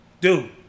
Dude